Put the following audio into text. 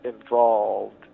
involved